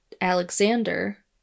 Alexander